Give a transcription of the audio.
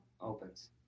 opens